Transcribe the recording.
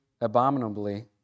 abominably